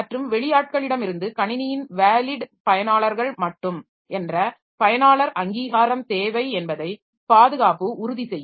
மற்றும் வெளியாட்களிடமிருந்து கணினியின் வேலிட் பயனாளர்கள் மட்டும் என்ற பயனாளர் அங்கீகாரம் தேவை என்பதை பாதுகாப்பு உறுதி செய்யும்